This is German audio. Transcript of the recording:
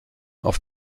auf